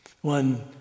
One